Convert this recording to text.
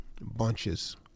Bunches